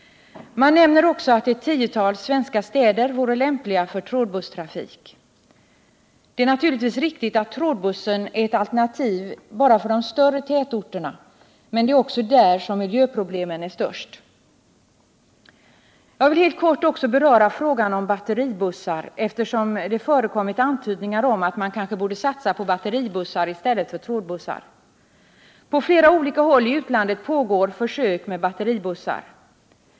Man nämner också att ett tiotal svenska städer vore lämpliga för trådbusstrafik. Det är naturligtvis riktigt att trådbussen är ett alternativ bara för de större tätorterna, men det är också där som miljöproblemen är störst. Jag vill helt kort också beröra frågan om batteribussar, eftersom det förekommit antydningar om att man kanske borde satsa på batteribussar i stället för trådbussar. På flera olika håll i utlandet pågår försök med batteribussar.